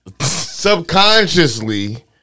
subconsciously